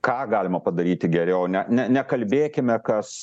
ką galima padaryti geriau ne ne nekalbėkime kas